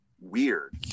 weird